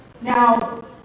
Now